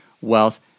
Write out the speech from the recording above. wealth